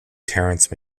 terence